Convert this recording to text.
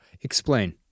Explain